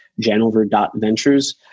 janover.ventures